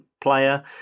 player